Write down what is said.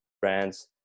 brands